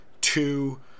two